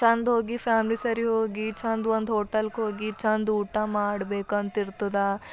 ಚೆಂದ ಹೋಗಿ ಫಾಮ್ಲಿ ಸರಿ ಹೋಗಿ ಚೆಂದ ಒಂದು ಹೋಟೆಲ್ಗೆ ಹೋಗಿ ಚೆಂದ ಊಟ ಮಾಡ್ಬೇಕಂತ ಇರ್ತದ